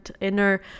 inner